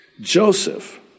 Joseph